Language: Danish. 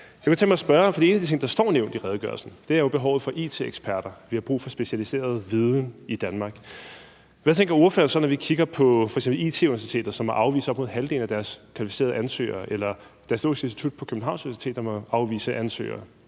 er uddannet inden for it. Én ting, der står nævnt i redegørelsen, er jo behovet for it-eksperter. Vi har brug for specialiseret viden i Danmark. Så jeg kunne godt tænke mig at spørge, hvad ordføreren så tænker, når vi kigger på f.eks. IT-Universitetet, som må afvise op mod halvdelen af deres kvalificerede ansøgere, eller Datalogisk Institut på Københavns Universitet, der må afvise ansøgere,